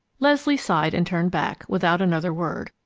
leslie sighed and turned back, without another word,